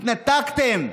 התנתקתם.